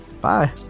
Bye